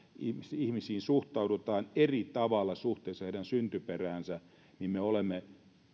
ihmisiin suhtaudutaan eri tavalla suhteessa heidän syntyperäänsä niin me olemme